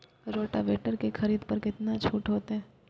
Rotavator के खरीद पर केतना छूट होते?